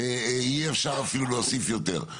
יהיה אפשר אפילו להוסיף יותר,